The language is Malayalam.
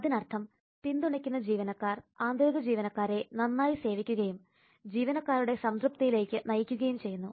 അതിനർത്ഥം പിന്തുണയ്ക്കുന്ന ജീവനക്കാർ ആന്തരിക ജീവനക്കാരെ നന്നായി സേവിക്കുകയും ജീവനക്കാരുടെ സംതൃപ്തിയിലേക്ക് നയിക്കുകയും ചെയ്യുന്നു